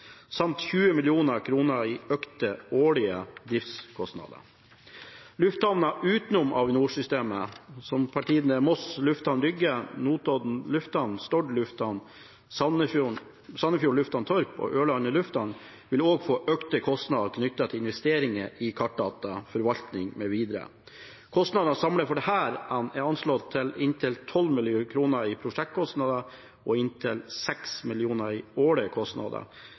samt 20 mill. kr i økte årlige driftskostnader. Lufthavnene utenom Avinor-systemet – som for tida er Moss Lufthavn Rygge, Notodden Lufthavn, Stord Lufthamn, TORP Sandefjord lufthavn og Ørland hovedflystasjon – vil også få økte kostnader knyttet til investeringer i kartdata, forvaltning mv. Kostnaden samlet for disse er anslått til inntil 12 mill. kr i prosjektkostnader og inntil 6 mill. kr i årlige kostnader,